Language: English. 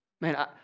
Man